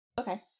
Okay